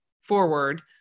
forward